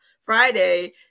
Friday